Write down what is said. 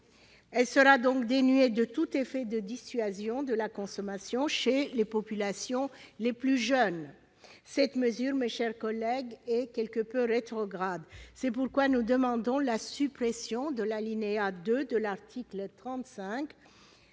Il sera donc dénué de tout effet de dissuasion de la consommation chez les populations les plus jeunes. Cette mesure, mes chers collègues, est quelque peu rétrograde. C'est pourquoi nous demandons la suppression de l'article 37.